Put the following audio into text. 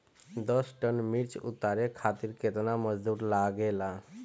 दस टन मिर्च उतारे खातीर केतना मजदुर लागेला?